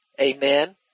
Amen